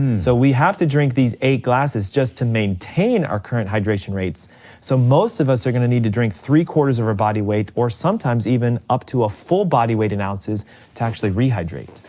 and so we have to drink these eight glasses just to maintain our current hydration rates so most of us are gonna need to drink three quarters of our body weight, or sometimes even up to a full body weight in ounces to actually rehydrate.